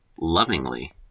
lovingly